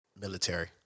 Military